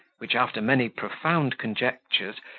which, after many profound conjectures,